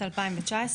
בשנת 2019,